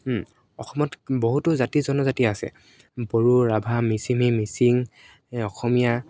অসমত বহুতো জাতি জনজাতি আছে বড়ো ৰাভা মিচিমি মিচিং অসমীয়া